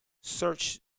search